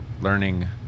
learning